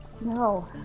No